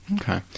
okay